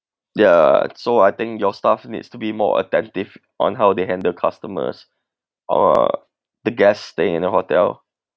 ya so I think your staff needs to be more attentive on how they handle customers or the guest staying in the hotel